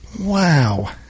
Wow